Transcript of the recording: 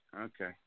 Okay